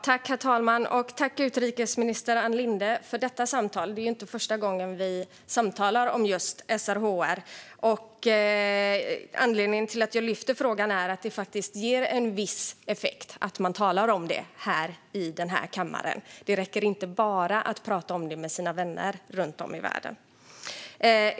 Herr talman! Tack, utrikesminister Ann Linde, för detta samtal! Det är inte första gången som vi samtalar om just SRHR. Anledningen till att jag lyfter upp frågan är att det faktiskt ger en viss effekt att man talar om den här i denna kammare. Det räcker inte bara att prata om det med sina vänner runt om i världen.